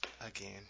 Again